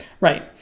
Right